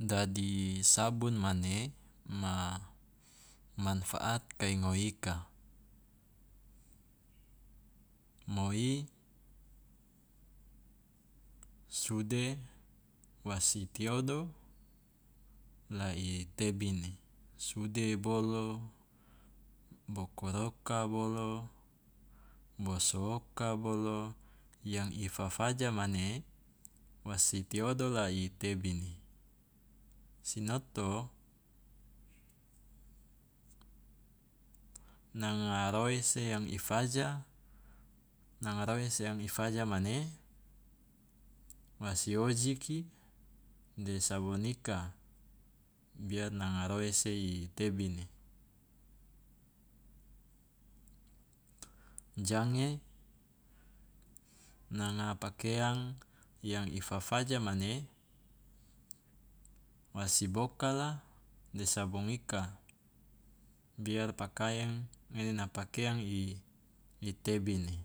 Dadi sabun mane ma manfaat kai ngoe ika. Moi sude wasi tiodo la i tebini, sude bolo, bokoroka bolo, boso oka bolo yang i fafaja mane wasi tiodo la i tebini. Sinoto, nanga roese yang i faja nanga roese yang i faja mane wasi ojiki de sabun ika biar nanga roese i tebini. Jange, nanga pakeang yang i fafaja mane wa si bokala de sabong ika biar pakaeng ngene na pakeang i tebini,